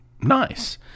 Nice